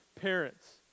parents